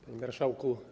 Panie Marszałku!